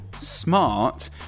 Smart